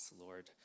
Lord